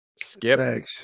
skip